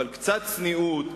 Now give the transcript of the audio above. אבל קצת צניעות,